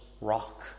rock